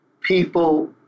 people